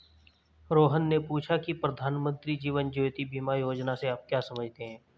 रोहन ने पूछा की प्रधानमंत्री जीवन ज्योति बीमा योजना से आप क्या समझते हैं?